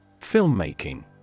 Filmmaking